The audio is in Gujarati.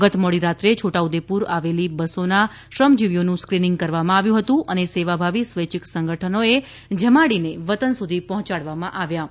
ગત મોડી રાત્રે છોટાઉદેપુર આવેલી બસોના શ્રમજીવીઓનું સ્કીનીંગ કરવામાં આવ્યું હતું અને સેવાભાવી સ્વૈચ્છિક સંગઠનો જમાડીને વતન સુધી પહોંચાડવામાં આવ્યા છે